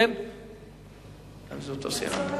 למה לא למליאה?